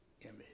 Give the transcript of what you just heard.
image